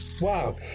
Wow